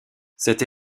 cette